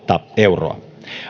euroa